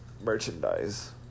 merchandise